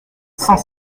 cent